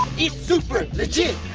it's super legit.